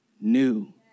new